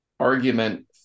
argument